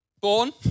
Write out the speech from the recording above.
born